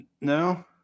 No